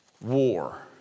war